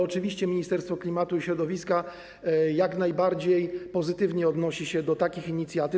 Oczywiście Ministerstwo Klimatu i Środowiska jak najbardziej pozytywnie odnosi się do takich inicjatyw.